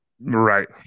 Right